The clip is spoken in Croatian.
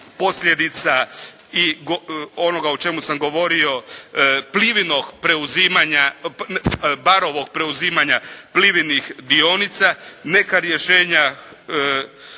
posljedica i onoga o čemu sam govorio Plivinog preuzimanja, Barovog preuzimanja Plivinih dionica. Neka rješenja